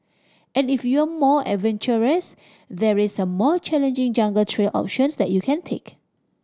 and if you're more adventurous there's a more challenging jungle trail options that you can take